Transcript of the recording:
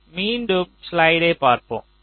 நாம் மீண்டும் ஸ்லைடைப் பார்ப்போம்